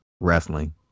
wrestling